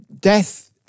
death